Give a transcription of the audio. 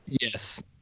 Yes